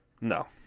no